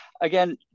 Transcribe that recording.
Again